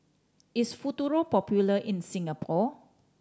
is Futuro popular in Singapore